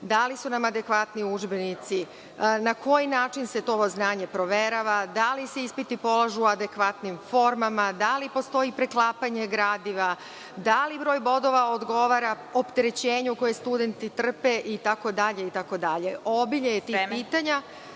da li su nam adekvatni udžbenici, na koji način se to znanje proverava, da li se ispiti polažu adekvatnim formama, da li postoji preklapanje gradiva, da li broj bodova odgovara opterećenju koje studenti trpe, itd, itd. Obilje je tih